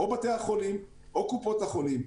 או בתי החולים או קופות החולים.